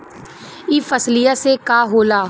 ई फसलिया से का होला?